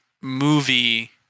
movie